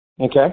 Okay